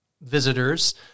visitors